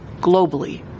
globally